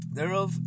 Thereof